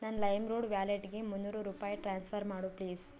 ನನ್ನ ಲೈಮ್ರೋಡ್ ವ್ಯಾಲೆಟ್ಗೆ ಮುನ್ನೂರು ರೂಪಾಯಿ ಟ್ರಾನ್ಸ್ಫರ್ ಮಾಡು ಪ್ಲೀಸ್